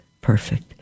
perfect